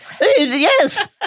yes